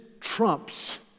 trumps